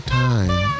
time